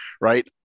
Right